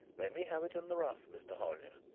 let me have it in the rough, mr. hollyer.